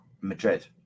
Madrid